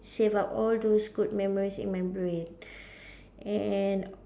save up all those good memories in my brain and